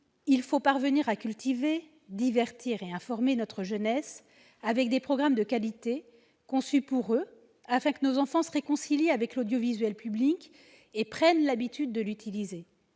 il faut parvenir à cultiver, divertir et informer notre jeunesse avec des programmes de qualité conçus pour elle, afin que nos enfants se réconcilient avec l'audiovisuel public et prennent l'habitude de l'utiliser.